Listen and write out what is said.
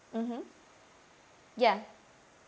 mmhmm ya